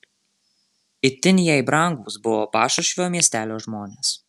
itin jai brangūs buvo pašušvio miestelio žmonės